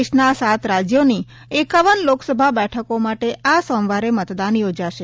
દેશના સાત રાજયોની એકાવન લોકસભા બેઠકો માટે આ સોમવારે મતદાન યોજાશે